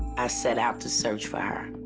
i set out to search for her.